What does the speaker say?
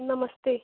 नमस्ते